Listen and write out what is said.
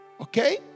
Okay